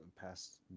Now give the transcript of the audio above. past